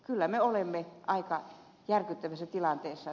kyllä me olemme aika järkyttävässä tilanteessa